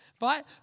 Right